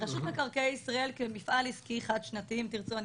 רשות מקרקעי ישראל כמפעל עסקי חד שנתי אם תרצו,